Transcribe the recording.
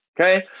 Okay